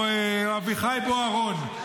אביחי בוארון,